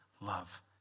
love